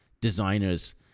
designers